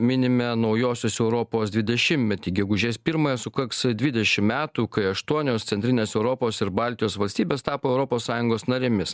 minime naujosios europos dvidešimtmetį gegužės pirmąją sukaks dvidešimt metų kai aštuonios centrinės europos ir baltijos valstybės tapo europos sąjungos narėmis